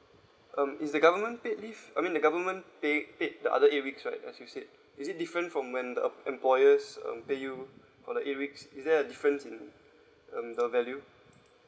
um is the government paid leave I mean the government pay paid the other eight weeks right as you say is it different from when the uh employers um pay you for the eight weeks is there a difference in um the value